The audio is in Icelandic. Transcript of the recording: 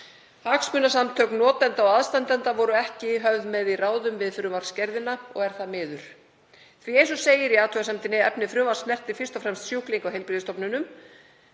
„Hagsmunasamtök notenda og aðstandenda voru ekki höfð með í ráðum við frumvarpsgerðina og er það miður. Því eins og segir í athugasemdinni: „Efni frumvarpsins snertir fyrst og fremst sjúklinga á heilbrigðisstofnunum.“